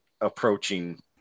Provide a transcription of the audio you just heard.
approaching